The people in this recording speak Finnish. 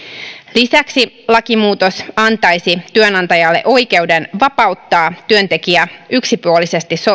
lisäksi lakimuutos antaisi työnantajalle oikeuden vapauttaa työntekijä yksipuolisesti